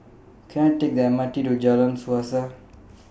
Can I Take The M R T to Jalan Suasa